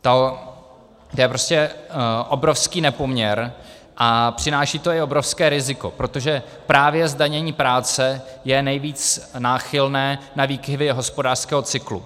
To je prostě obrovský nepoměr a přináší to i obrovské riziko, protože právě zdanění práce je nejvíc náchylné na výkyvy hospodářského cyklu.